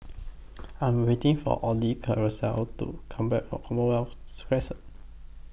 I'm waiting For Audie Carousel to Come Back from Commonwealth Crescent